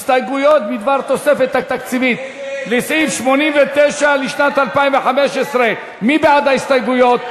הסתייגויות בדבר תוספת תקציבית לסעיף 89 לשנת 2015. מי בעד ההסתייגויות?